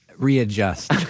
readjust